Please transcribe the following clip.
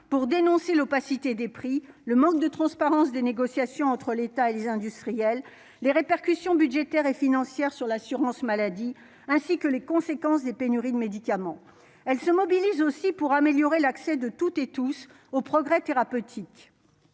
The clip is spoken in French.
pour dénoncer l'opacité des prix, le manque de transparence des négociations entre l'État et les industriels, les répercussions budgétaire et financière, sur l'assurance maladie, ainsi que les conséquences des pénuries de médicaments, elle se mobilise aussi pour améliorer l'accès de toutes et tous aux progrès thérapeutiques,